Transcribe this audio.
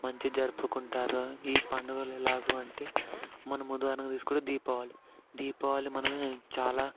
మంచిగ జరుపుకుంటారు ఈ పండుగలు ఎలాగ అంటే మనం ఉదాహరణకు తీసుకుంటే దీపావళి దీపావళి మనం చాలా